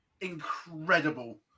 incredible